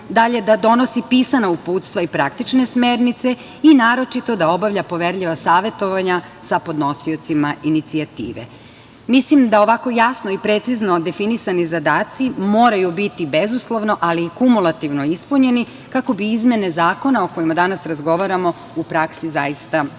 da donosi pisana uputstva i praktične smernice i naročito da obavlja poverljiva savetovanja sa podnosiocima inicijative. Mislim da ovako jasno i precizno definisani zadaci moraju biti bezuslovno, ali i kumulativno ispunjeni kako bi izmene zakona o kojima danas razgovaramo u praksi zaista i